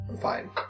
fine